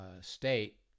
state